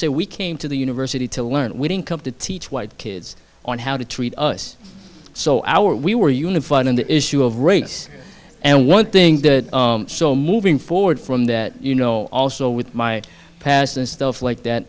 say we came to the university to learn we didn't come to teach white kids on how to treat us so our we were unified on the issue of race and one thing that so moving forward from that you know also with my past and stuff like that